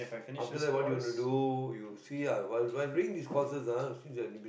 after that what you want to do you see ah well while doing these courses ah since